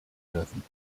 dürfen